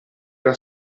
era